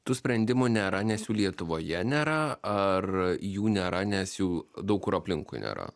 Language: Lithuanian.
tų sprendimų nėra nes jų lietuvoje nėra ar jų nėra nes jų daug kur aplinkui nėra